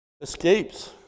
escapes